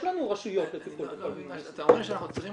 יש לנו רשויות לטיפול --- אתה אומר שאנחנו צריכים